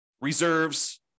reserves